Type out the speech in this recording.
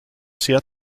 sehr